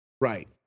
Right